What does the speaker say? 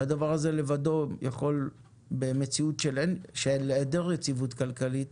והדבר הזה לבדו יכול במציאות של היעדר יציבות כלכלית